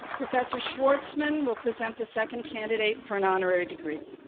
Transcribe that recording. professor schwartzman will present the second candidate for an honorary degree.